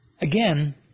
Again